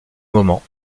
moment